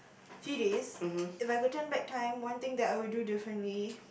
three days if I could turn back time one thing that I would do differently